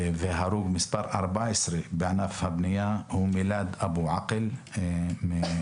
והרוג מספר 14 בענף הבנייה הוא מילאד אבו עקל מהצפון.